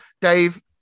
dave